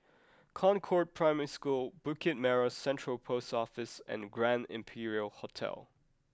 Concord Primary School Bukit Merah Central Post Office and Grand Imperial Hotel